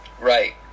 Right